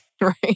Right